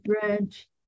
branch